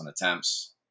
attempts